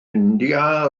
india